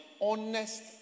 honest